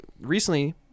recently